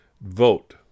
vote